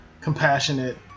compassionate